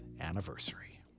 anniversary